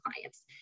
clients